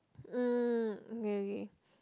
mm okay okay